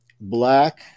black